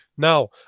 Now